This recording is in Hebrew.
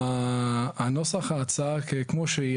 נוסח ההצעה כמו שהיא,